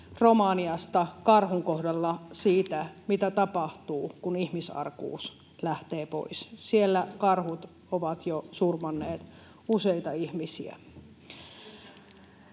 Romaniasta karhun kohdalla siitä, mitä tapahtuu, kun ihmisarkuus lähtee pois. Siellä karhut ovat jo surmanneet useita ihmisiä.